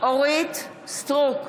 אורית מלכה סטרוק,